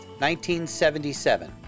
1977